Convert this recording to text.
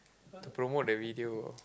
to promote the video